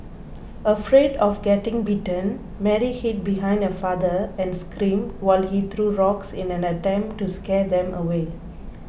afraid of getting bitten Mary hid behind her father and screamed while he threw rocks in an attempt to scare them away